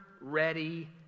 ready